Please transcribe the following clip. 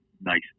nice